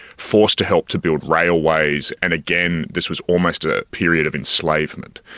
forced to help to build railways and again this was almost a period of enslavement.